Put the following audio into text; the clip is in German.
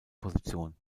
position